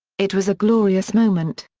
it was a glorious moment.